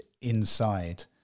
inside